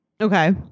Okay